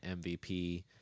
MVP